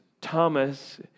Thomas